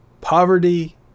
Poverty